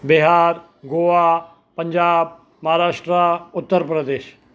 Bihar Goa Punjab Maharashtra Uttar Pradesh